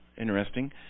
interesting